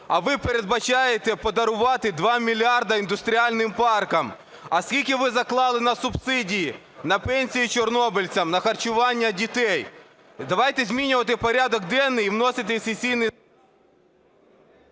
А ви передбачаєте подарувати два мільярди індустріальним паркам. А скільки ви заклали на субсидії, на пенсії чорнобильцям, на харчування дітей? Давайте змінювати порядок денний і вносити в сесійний...